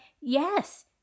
yes